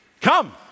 Come